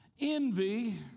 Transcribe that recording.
envy